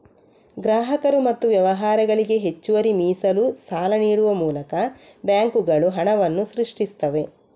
ಗ್ರಾಹಕರು ಮತ್ತು ವ್ಯವಹಾರಗಳಿಗೆ ಹೆಚ್ಚುವರಿ ಮೀಸಲು ಸಾಲ ನೀಡುವ ಮೂಲಕ ಬ್ಯಾಂಕುಗಳು ಹಣವನ್ನ ಸೃಷ್ಟಿಸ್ತವೆ